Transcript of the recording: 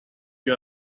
you